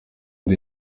the